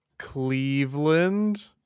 Cleveland